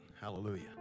Hallelujah